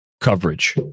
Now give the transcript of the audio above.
coverage